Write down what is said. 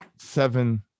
seven